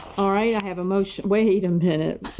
i have motion wait a minute.